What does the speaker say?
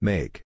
Make